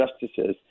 justices